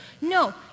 No